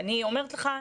ואני אומרת לך,